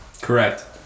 correct